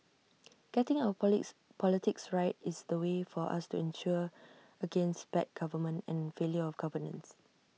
getting our Police politics right is the way for us to insure against bad government and failure of governance